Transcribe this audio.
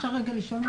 אפשר לשאול משהו?